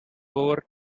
over